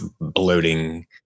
bloating